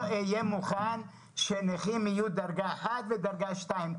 אני אומר שלא אהיה מוכן שנכים יהיו דרגה אחת ודרגה שתיים.